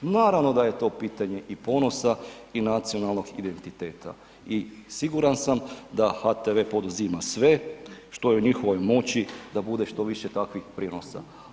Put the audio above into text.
Naravno da je to pitanje i ponosa i nacionalnog identiteta i siguran sam da HTV poduzima sve što je u njihovoj moći da bude što više takvih prijenosa.